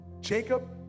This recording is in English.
Jacob